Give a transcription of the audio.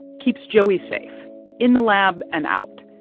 keeps joey safe in the lab and out.